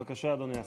בבקשה, אדוני השר.